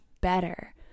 better